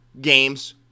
games